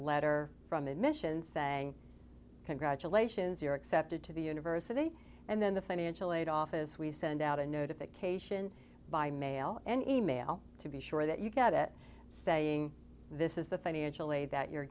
letter from admissions saying congratulations you're accepted to the university and then the financial aid office we send out a notification by mail and e mail to be sure that you've got it saying this is the financial aid that you're